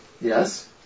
yes